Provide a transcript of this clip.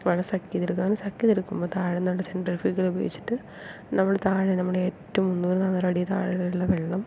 വെള്ളം സക്ക് ചെയ്ത് എടുക്കാൻ സക്ക് ചെയ്ത് എടുക്കുമ്പോൾ താഴെ നിന്നുള്ള സെൻറ്റിഫ്യുഗൾ ഉപയോഗിച്ചിട്ട് നമ്മൾ താഴെ നമ്മൾ ഏറ്റവും മുന്നൂറ് നാന്നൂറ് അടി താഴെയുള്ള വെള്ളം